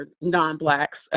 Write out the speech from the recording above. non-blacks